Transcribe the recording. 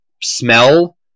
smell